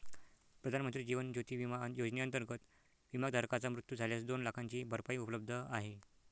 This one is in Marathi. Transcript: प्रधानमंत्री जीवन ज्योती विमा योजनेअंतर्गत, विमाधारकाचा मृत्यू झाल्यास दोन लाखांची भरपाई उपलब्ध आहे